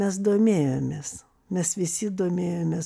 mes domėjomės mes visi domėjomės